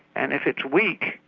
and if it's weak,